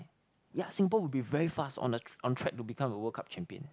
ya Singapore will be very fast on a on track to become a World Cup champion